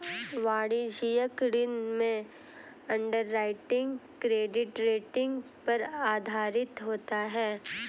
वाणिज्यिक ऋण में अंडरराइटिंग क्रेडिट रेटिंग पर आधारित होता है